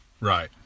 Right